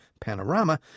Panorama